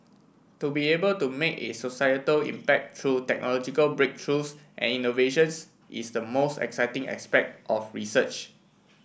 to be able to make a societal impact through technological breakthroughs and innovations is the most exciting aspect of research